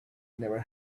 never